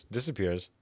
disappears